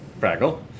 Fraggle